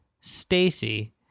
Stacy